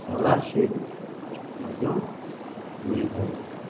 scholarship ମଧ୍ୟ ମିଳିଥାଏ